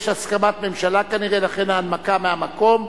יש הסכמה של הממשלה כנראה, לכן ההנמקה מהמקום.